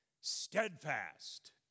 steadfast